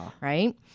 Right